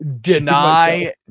Deny